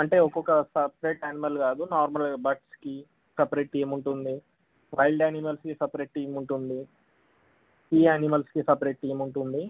అంటే ఒక్కొక్క separate animal కాదు నార్మల్ బర్డ్స్కి సపరేట్ టీమ్ ఉంటుంది వైల్డ్ ఆనిమల్స్కి సపరేట్ టీమ్ ఉంటుంది సీయానిమల్స్కి సపరేట్ టీమ్ ఉంటుంది